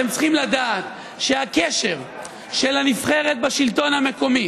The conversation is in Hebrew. אתם צריכים לדעת שהקשר של הנבחרת בשלטון המקומי